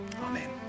Amen